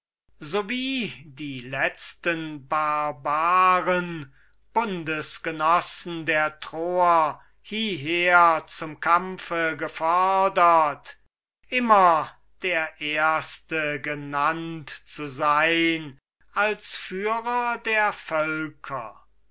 wie die letzten barbaren bundesgenossen der troer hieher zum kampfe gefordert immer der erste genannt zu sein als führer der völker